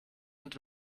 und